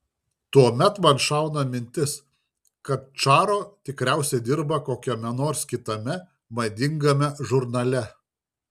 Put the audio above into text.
tuomet man šauna mintis kad čaro tikriausiai dirba kokiame nors kitame madingame žurnale